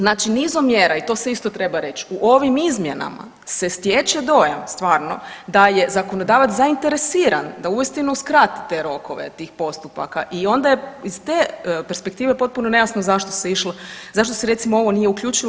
Znači nizom mjera i to se isto treba reći u ovim izmjenama se stječe dojam stvarno da je zakonodavac zainteresiran da uistinu skrati te rokove tih postupaka i onda je iz te perspektive potpuno nejasno zašto se išlo, zašto se recimo ovo nije uključilo.